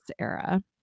era